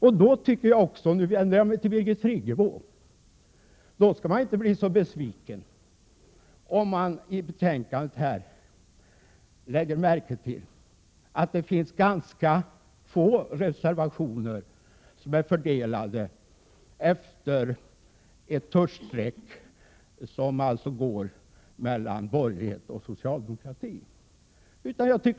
Man skall då inte — och nu vänder jag mig till Birgit Friggebo — bli så besviken om man lägger märke till att det i betänkandet finns ganska få reservationer som är fördelade efter ett tuschstreck mellan borgerligheten och socialdemokratin.